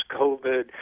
COVID